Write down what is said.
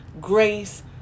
Grace